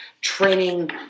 training